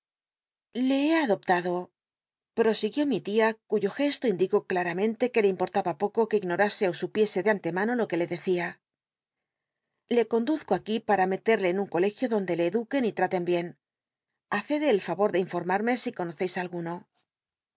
le he adoptado wosiguió mi tia euyo gesto indicó claramente que le importaba poco que ignorase ó supiese de antemano lo que le decia le conduzco ac ui p u'a meterle en un colegio donde le eduquen y liaten bien llaced el favor de informarme si conoceis alguno